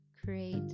Create